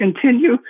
continue